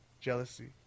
jealousy